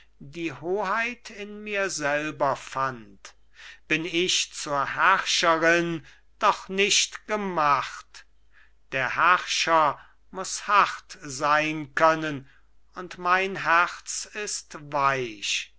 die hoheit in mir selber fand bin ich zur herrscherin doch nicht gemacht der herrscher muß hart sein können und mein herz ist weich